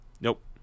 nope